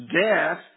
death